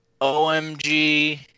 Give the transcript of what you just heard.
OMG